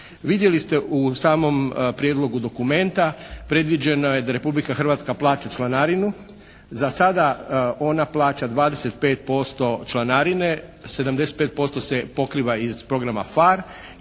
Vidjeli ste u samom prijedlogu dokumenta predviđeno je da Republika Hrvatska plaća članarinu. Za sada ona plaća 25% članarine, 75% se pokriva iz programa PHARE